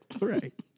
Right